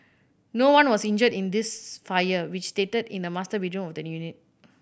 no one was injured in this fire which started in the master bedroom the unit